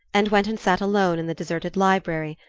and went and sat alone in the deserted library,